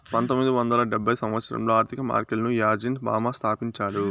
పంతొమ్మిది వందల డెబ్భై సంవచ్చరంలో ఆర్థిక మార్కెట్లను యాజీన్ ఫామా స్థాపించాడు